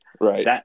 Right